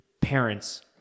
parents